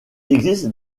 existe